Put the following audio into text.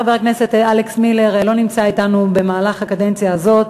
חבר הכנסת אלכס מילר לא נמצא אתנו בקדנציה הזאת,